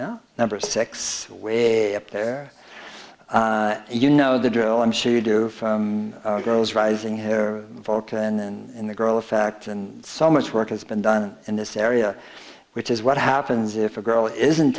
now number six way up there you know the drill i'm sure you do from girls rising hair vulcan and the girl effect and so much work has been done in this area which is what happens if a girl isn't